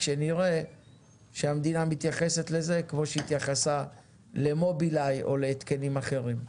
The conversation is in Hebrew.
כשנראה שהמדינה מתייחסת לזה כמו שהתייחסה למובילאיי או להתקנים אחרים.